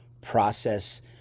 process